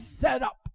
setup